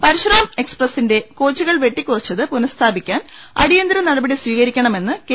പരശുറാം എക്സ്പ്രസിന്റെ കോച്ചുകൾ വെട്ടിക്കുറച്ചത് പുനസ്ഥാപിക്കാൻ അടിയന്തിര നടപടി സ്വീകരിക്കണമെന്ന് കെ